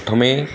প্ৰথমেই